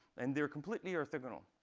and they're completely orthogonal.